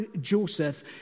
Joseph